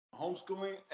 Homeschooling